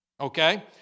okay